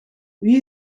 wie